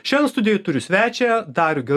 šiandien studijoj turiu svečią darių gerulį